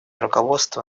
руководство